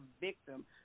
victim